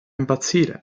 impazzire